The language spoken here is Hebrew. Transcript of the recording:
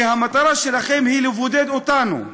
כי המטרה שלכם היא לבודד אותנו,